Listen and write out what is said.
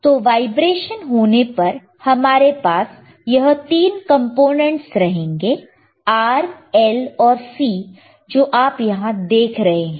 तो वाइब्रेशन होने पर हमारे पास यह 3 कंपोनेंट्स होंगे R L और C जो आप यहां देख रहे हैं